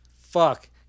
fuck